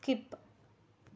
skip